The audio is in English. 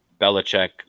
Belichick